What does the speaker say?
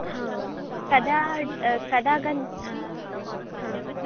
हा कदा कदा गन्त हा